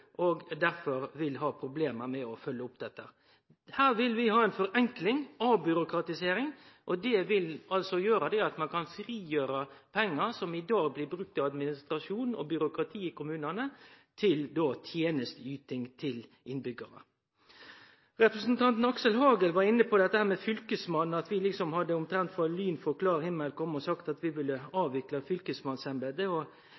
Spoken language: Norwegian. og derfor vil ha problem med å følgje opp dette. Her vil vi ha ei forenkling, avbyråkratisering, og det vil gjere at ein kan frigjere pengar som i dag blir brukte til administrasjon og byråkrati i kommunane, til tenesteyting for innbyggjarane. Representanten Aksel Hagen var inne på dette med fylkesmannen, at vi omtrent som lyn frå klar himmel hadde kome og sagt at vi ville avvikle fylkesmannsembetet og